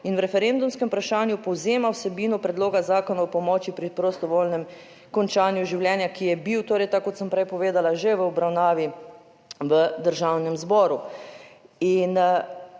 in v referendumskem vprašanju povzema vsebino predloga zakona o pomoči pri prostovoljnem končanju življenja, ki je bil torej tako kot sem prej povedala, že v obravnavi v Državnem zboru